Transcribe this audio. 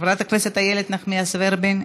חברת הכנסת איילת נחמיאס ורבין,